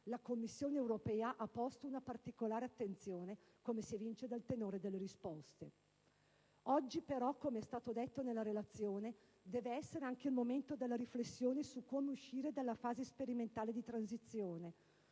la Commissione europea ha posto una particolare attenzione, come si evince dal tenore delle risposte. Oggi però, come è stato detto nella relazione, deve essere anche il momento della riflessione su come uscire dalla fase sperimentale di transizione;